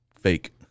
fake